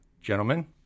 Gentlemen